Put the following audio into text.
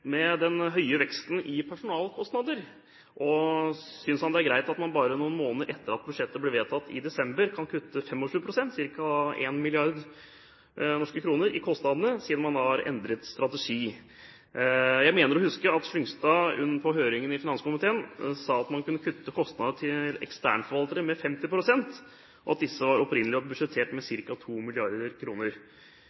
med den høye veksten i personalkostnader? Synes han det er greit at man bare noen måneder etter at budsjettet ble vedtatt i desember, kan kutte 25 pst., ca. 1 mrd. norske kroner, i kostnadene, siden man har endret strategi? Jeg mener å huske at Slyngstad under høringen i finanskomiteen sa at man kunne kutte kostnadene til eksternforvaltere med 50 pst., og at disse opprinnelig var budsjettert med